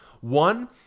One